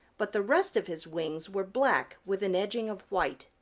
but the rest of his wings were black with an edging of white.